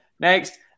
Next